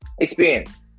experience